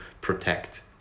protect